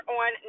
on